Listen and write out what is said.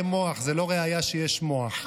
אני באמצע משפט, אבל אני באמצע משפט.